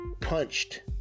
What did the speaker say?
punched